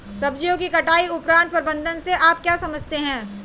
सब्जियों की कटाई उपरांत प्रबंधन से आप क्या समझते हैं?